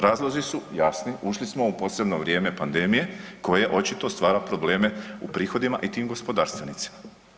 Razlozi su jasni, ušli smo u posebno vrijeme pandemije koje očito stvara probleme u prihodima i tim gospodarstvenicima.